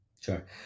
Sure